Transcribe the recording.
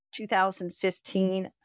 2015